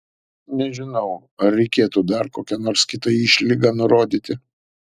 nežinau ar reikėtų dar kokią nors kitą išlygą nurodyti